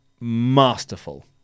Masterful